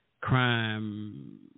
crime